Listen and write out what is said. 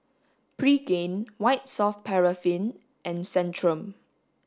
Pregain White Soft Paraffin and Centrum